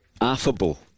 affable